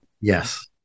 Yes